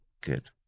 good